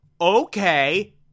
Okay